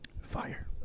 fire